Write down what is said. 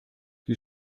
die